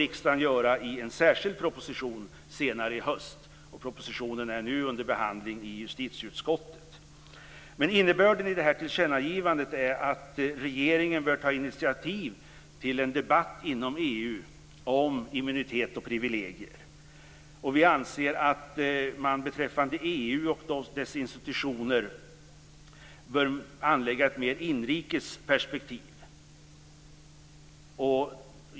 Riksdagen får senare i höst ta ställning till en särskild proposition. Propositionen är nu under behandling i justitieutskottet. Innebörden i tillkännagivandet är att regeringen bör ta initiativ till en debatt inom EU om immunitet och privilegier. Vi anser att man beträffande EU och dess institutioner bör anlägga ett mer inrikes perspektiv.